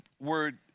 word